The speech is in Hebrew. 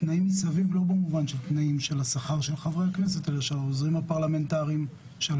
לתנאים במובן של שכר אלא של העוזרים הפרלמנטרים ושל